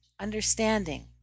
understanding